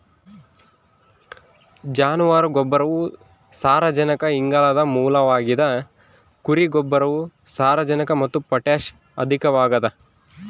ಜಾನುವಾರು ಗೊಬ್ಬರವು ಸಾರಜನಕ ಇಂಗಾಲದ ಮೂಲವಾಗಿದ ಕುರಿ ಗೊಬ್ಬರವು ಸಾರಜನಕ ಮತ್ತು ಪೊಟ್ಯಾಷ್ ಅಧಿಕವಾಗದ